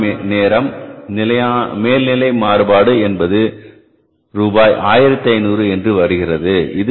நிலையான நேரம் மேல்நிலை மாறுபாடு என்பது ரூபாய் 1500 என்று வருகிறது